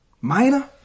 minor